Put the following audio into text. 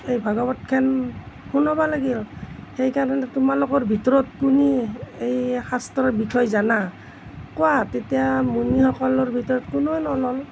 ভাগৱতখন শুনাব লাগিল সেইকাৰণে তোমালোকৰ ভিতৰত কোনে এই শাস্ত্ৰৰ বিষয়ে জানা কোৱা তেতিয়া মুনিসকলৰ ভিতৰত কোনেও নলয়